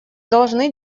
должны